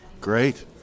Great